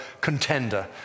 contender